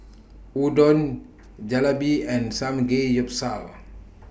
Udon Jalebi and Samgeyopsal